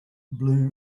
blue